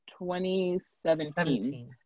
2017